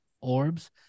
Orbs